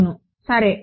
అవును సరే